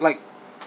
like